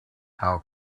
how